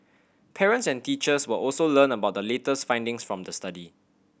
parents and teachers will also learn about the latest findings from the study